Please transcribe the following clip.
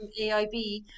AIB